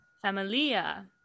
Familia